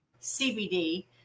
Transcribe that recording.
CBD